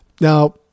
Now